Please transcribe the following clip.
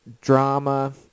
drama